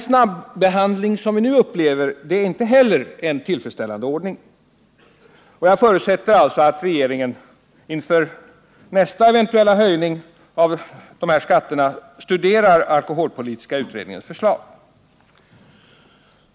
snabbehandling vi nu genomför är inte heller en tillfredsställande ordning. Jag förutsätter att regeringen inför nästa eventuella höjning av dessa skatter studerar alkoholpolitiska utredningens förslag.